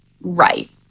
right